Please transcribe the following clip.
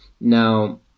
Now